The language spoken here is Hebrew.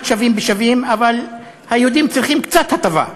שווים בשווים אבל היהודים צריכים קצת הטבה.